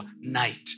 night